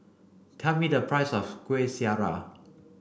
tell me the price of Kueh Syara